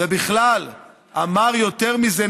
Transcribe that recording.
ובכלל אמר יותר מזה,